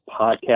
podcast